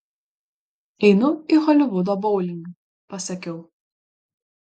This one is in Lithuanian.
einu į holivudo boulingą pasakiau